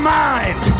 mind